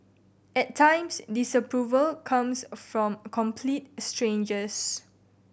at times disapproval comes from complete strangers